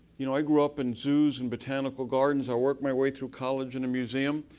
you know i grew up in zoos and botanical gardens. i work my way through college in a museum,